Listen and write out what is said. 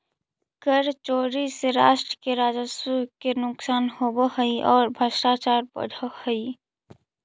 कर चोरी से राष्ट्र के राजस्व के नुकसान होवऽ हई औ भ्रष्टाचार बढ़ऽ हई